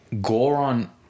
Goron